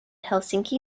helsinki